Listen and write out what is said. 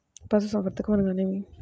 పశుసంవర్ధకం అనగానేమి?